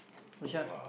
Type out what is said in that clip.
which one